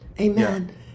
Amen